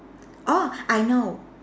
oh I know